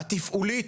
התפעולית,